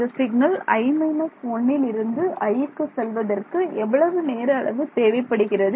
இந்த signal i − 1 ல் இருந்து i க்கு செல்வதற்கு எவ்வளவு நேர அளவு தேவைப்படுகிறது